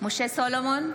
משה סולומון,